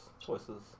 choices